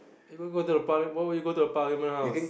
even go to the parli~ why will you go to the parliament house